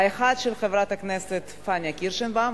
האחת של חברת הכנסת פאינה קירשנבאום,